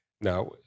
Now